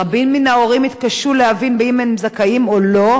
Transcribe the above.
רבים מן ההורים התקשו להבין אם הם זכאים או לא,